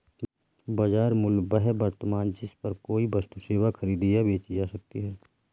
बाजार मूल्य वह वर्तमान जिस पर कोई वस्तु सेवा खरीदी या बेची जा सकती है